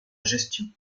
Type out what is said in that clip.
gestion